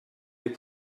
des